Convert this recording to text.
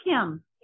Kim